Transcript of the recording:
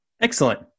Excellent